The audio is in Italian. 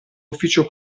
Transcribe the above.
ufficio